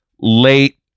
late